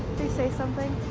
please say something